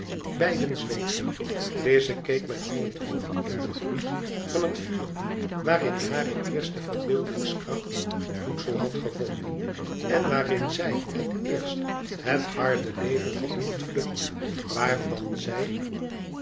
beiden zwegen lize keek met hangend hoofd in den gloed van het vuur waarin hare eerste verbeeldingskracht voedsel had gevonden en waarin zij het eerst het harde leven had ontvlucht waarvan zij